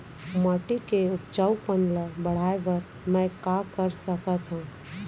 माटी के उपजाऊपन ल बढ़ाय बर मैं का कर सकथव?